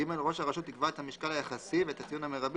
ראש הרשות יקבע את המשקל היחסי ואת הציון המרבי